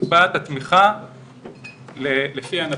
נקבעת התמיכה לפי ענפים.